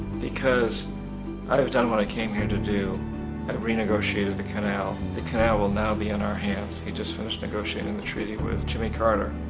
because i've done what i came here to do i renegotiated the canal. the canal will now be in our hands, we just finished negotiating the treaty with jimmy carter.